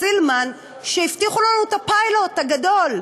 סילמן הבטיחו לנו את הפיילוט הגדול.